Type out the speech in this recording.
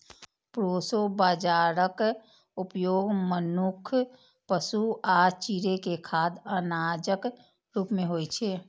proso बाजाराक उपयोग मनुक्ख, पशु आ चिड़ै के खाद्य अनाजक रूप मे होइ छै